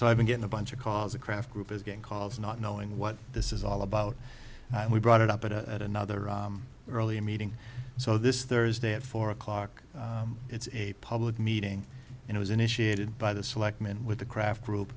so i've been getting a bunch of calls a craft group is getting calls not knowing what this is all about and we brought it up at another early meeting so this thursday at four o'clock it's a public meeting and it was initiated by the selectmen with the craft group